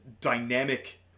dynamic